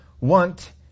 want